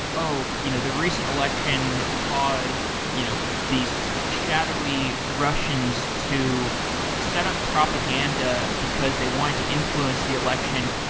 oh, you know the recent election caused you know these shadowy russians to set up propaganda, because they wanted to influence the election.